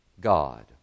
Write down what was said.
God